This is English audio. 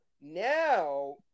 now